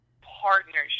partnership